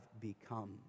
become